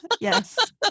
yes